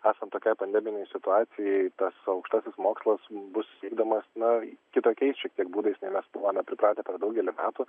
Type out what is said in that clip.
esant tokiai pandeminei situacijai tas aukštasis mokslas bus vykdomas na kitokiais šiek tiek būdais nei mes buvome pripratę per daugelį metų